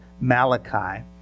Malachi